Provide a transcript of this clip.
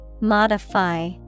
Modify